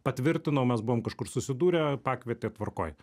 patvirtinau mes buvom kažkur susidūrę pakvietė tvarkoj